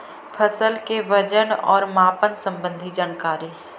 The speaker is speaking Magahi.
फसल के वजन और मापन संबंधी जनकारी?